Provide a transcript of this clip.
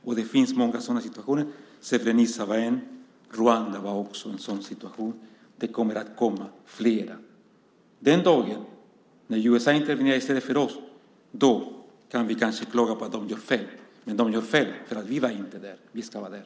Och det finns många sådana situationer. Srebrenica var en. Rwanda var också en sådan situation. Det kommer att komma flera. Den dagen då USA intervenerar i stället för att vi gör det kan vi kanske klaga på att de gör fel, men de gör fel därför att vi inte var där. Vi ska vara där.